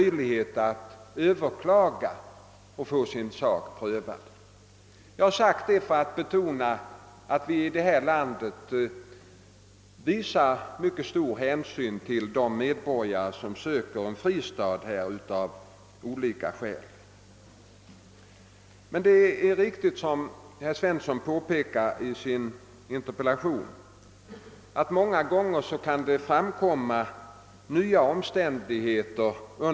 Jag har velat säga detta för att betona att vi här i landet verkligen visar mycket stor hänsyn mot personer som här söker en fristad av olika skäl. Det är emellertid riktigt som herr Svensson i Eskilstuna påpekat i sin interpellation, att det under en utredning kan framkomma nya omständigheter.